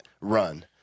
run